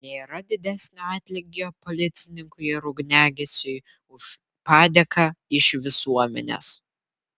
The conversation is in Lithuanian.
nėra didesnio atlygio policininkui ar ugniagesiui už padėką iš visuomenės